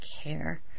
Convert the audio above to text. care